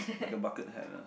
like a bucket head lah